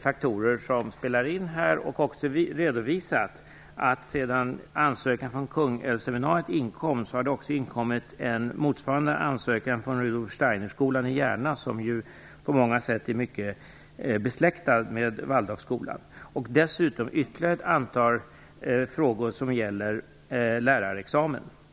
faktorer som spelar in här och redovisat att det sedan ansökan från Kungälvsseminariet inkom också har inkommit en motsvarande ansökan från Rudolf Steiner-skolan i Järna, som på många sätt är besläktad med waldorfskolan. Dessutom gäller det ytterligare ett antal frågor om lärarexamen.